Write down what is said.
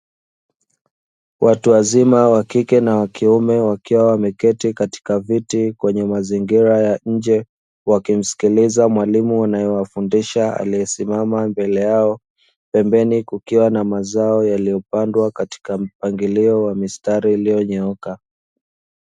Watu wazima wa kike na wa kiume wakiwa wameketi katika viti kwenye mazingira ya nje, wakimsikiliza mwalimu anayewafundisha aliyesimama mbele yao, pembeni kukiwa na mazao yaliyopandwa katika mpangilio wa mistari iliyonyooka.